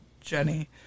Jenny